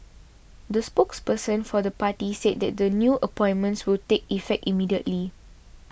the spokesperson for the party said that the new appointments will take effect immediately